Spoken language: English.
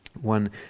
One